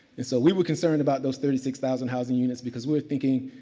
and so, we were concerned about those thirty six thousand housing units, because we were thinking,